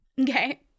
Okay